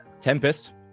tempest